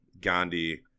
Gandhi